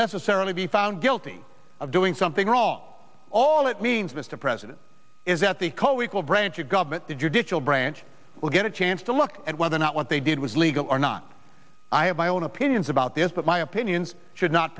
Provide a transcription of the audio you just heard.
necessarily be found guilty of doing something wrong all it means this to president is that the co equal branch of government the judicial branch will get a chance to look at whether or not what they did was legal or not i have my own opinions about this that my opinions should not